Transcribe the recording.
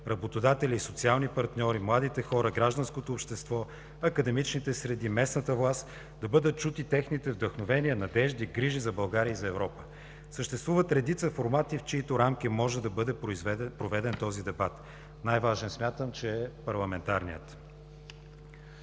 работодатели и социални партньори, младите хора, гражданското общество, академичните среди, местната власт, да бъдат чути техните вдъхновения, надежди, грижи за България и за Европа. Съществуват редица формати, в чиито рамки може да бъде проведен този дебат. Най-важен, смятам, че е парламентарният.